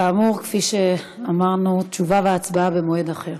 כאמור, כפי שאמרנו, תשובה והצבעה במועד אחר.